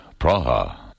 Praha